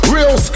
Real